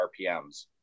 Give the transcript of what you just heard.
RPMs